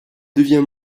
devient